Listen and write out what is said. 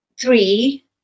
three